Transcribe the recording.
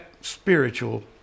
spiritual